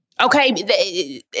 Okay